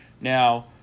Now